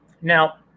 Now